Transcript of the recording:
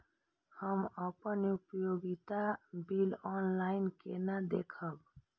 हम अपन उपयोगिता बिल ऑनलाइन केना देखब?